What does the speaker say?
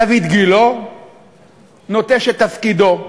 דיויד גילה נוטש את תפקידו.